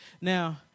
Now